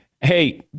hey